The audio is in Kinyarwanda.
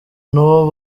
n’ubu